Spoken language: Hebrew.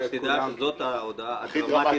ההחלטה התקבלה.